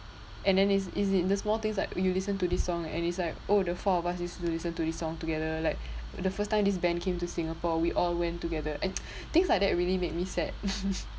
and then it's it's in the small things like you listen to this song and it's like oh the four of us used to listen to this song together like the first time this band came to singapore we all went together and things like that really made me sad